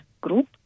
group